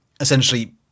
essentially